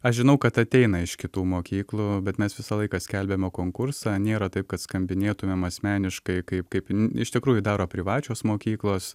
aš žinau kad ateina iš kitų mokyklų bet mes visą laiką skelbiame konkursą nėra taip kad skambinėtumėm asmeniškai kaip kaip iš tikrųjų daro privačios mokyklos